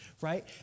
right